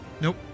nope